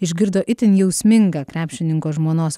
išgirdo itin jausmingą krepšininko žmonos